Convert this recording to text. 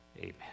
Amen